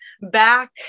back